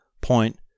point